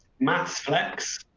math flex.